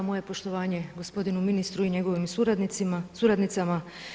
Moje poštovanje gospodinu ministru i njegovim suradnicama.